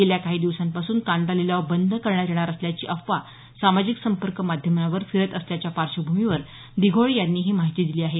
गेल्या काही दिवसांपासून कांदा लिलाव बंद करण्यात येणार असल्याची अफवा सामाजिक संपर्क माध्यमांवर फिरत असल्याच्या पार्श्वभूमीवर दिघोळे यांनी ही माहिती दिली आहे